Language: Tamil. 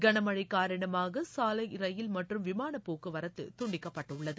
கனமழை காரணமாக சாலை ரயில் மற்றும் விமானப்போக்குவரத்து துண்டிக்கப்பட்டுள்ளது